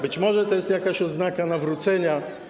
Być może to jest jakaś oznaka nawrócenia.